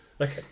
Okay